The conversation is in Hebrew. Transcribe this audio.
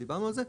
דיברנו על זה,